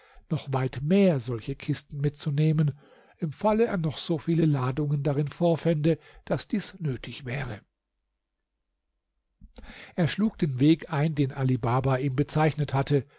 noch weit mehr solche kisten mitzunehmen im falle er noch so viele ladungen darin vorfände daß dies nötig wäre er schlug den weg ein den ali baba ihm bezeichnet hatte